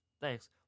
Thanks